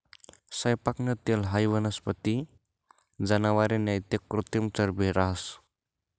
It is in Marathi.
सैयपाकनं तेल हाई वनस्पती, जनावरे नैते कृत्रिम चरबी रहास